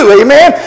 amen